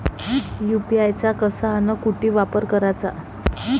UPI चा कसा अन कुटी वापर कराचा?